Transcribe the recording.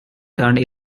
turned